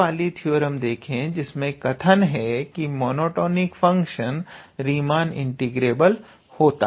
वह वाली थ्योरम देखें जिसका कथन है की मोनोटॉनिक फंक्शन रीमान इंटीग्रेबल होता है